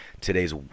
today's